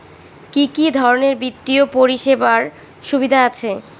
কি কি ধরনের বিত্তীয় পরিষেবার সুবিধা আছে?